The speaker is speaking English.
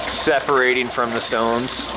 separating from the stones.